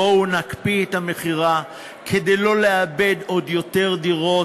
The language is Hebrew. בואו נקפיא את המכירה כדי לא לאבד עוד יותר דירות,